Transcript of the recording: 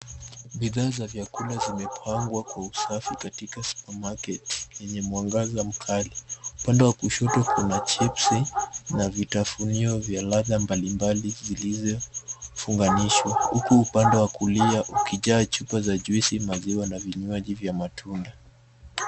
Bidhaa za vyakula vimepangwa kwa usafi katika [supermarket] yenye mwangaza mkali. Upande wa kushoto kuna chipsi na vitafunio vya ladha mbalimbali zilizofunganishwa huku upande wa kulia ukijaa chupa za juisi, maziwa na vinywaji vya matunda.